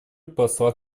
посла